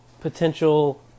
potential